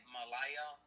Malaya